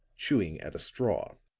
chewing at a straw.